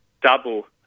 Double